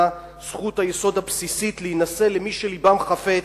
זכות היסוד הבסיסית להינשא למי שלבם חפץ,